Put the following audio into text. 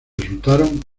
resultaron